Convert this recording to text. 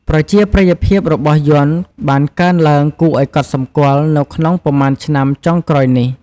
ប្រជាប្រិយភាពរបស់យ័ន្តបានកើនឡើងគួរឱ្យកត់សម្គាល់នៅក្នុងប៉ុន្មានឆ្នាំចុងក្រោយនេះ។